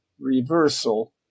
reversal